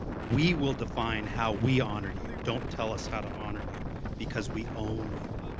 we will define how we honor you. don't tell us how to honor you because we own you.